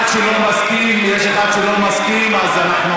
(אצילת